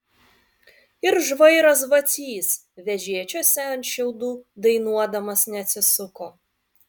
ir žvairas vacys vežėčiose ant šiaudų dainuodamas neatsisuko